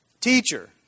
Teacher